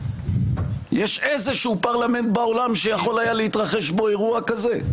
יש איזה פרלמנט בעולם שיכול היה להתרחש בו אירוע כזה?